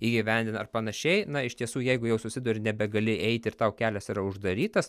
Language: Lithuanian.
įgyvendinant ar panašiai na iš tiesų jeigu jau susiduri nebegali eiti ir tau kelias yra uždarytas